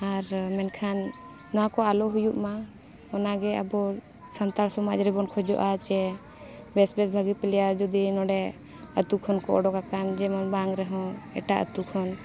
ᱟᱨ ᱢᱮᱱᱠᱷᱟᱱ ᱱᱚᱣᱟ ᱠᱚ ᱟᱞᱚ ᱦᱩᱭᱩᱜ ᱢᱟ ᱚᱱᱟ ᱜᱮ ᱟᱵᱚ ᱥᱟᱱᱛᱟᱲ ᱥᱚᱢᱟᱡᱽ ᱨᱮᱵᱚᱱ ᱠᱷᱚᱡᱚᱜᱼᱟ ᱡᱮ ᱵᱮᱥ ᱵᱮᱥ ᱵᱷᱟᱹᱜᱤ ᱯᱞᱮᱭᱟᱨ ᱡᱩᱫᱤ ᱱᱚᱰᱮ ᱟᱛᱳ ᱠᱷᱚᱱ ᱠᱚ ᱳᱰᱳᱠ ᱟᱠᱟᱱ ᱡᱮᱢᱚᱱ ᱵᱟᱝ ᱨᱮᱦᱚᱸ ᱮᱴᱟᱜ ᱟᱛᱳ ᱠᱷᱚᱱ